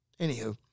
Anywho